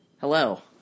Hello